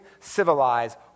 civilize